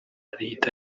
rihita